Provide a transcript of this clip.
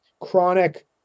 chronic